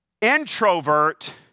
introvert